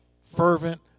fervent